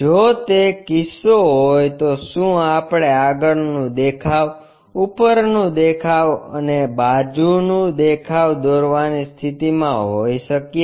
જો તે કિસ્સો હોય તો શું આપણે આગળનું દેખાવ ઉપરનું દેખાવ અને બાજુનું દેખાવ દોરવાની સ્થિતિમાં હોઈ શકીએ